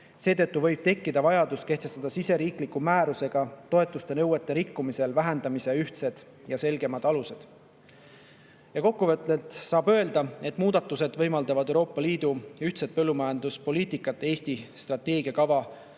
Seetõttu võib tekkida vajadus kehtestada siseriikliku määrusega toetuste nõuete rikkumisel [toetuste] vähendamise ühtsed ja selgemad alused. Kokkuvõtvalt saab öelda, et muudatused võimaldavad Euroopa Liidu ühise põllumajanduspoliitika Eesti strateegiakava veel